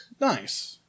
Nice